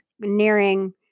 nearing